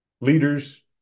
Leaders